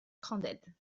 crandelles